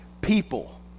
people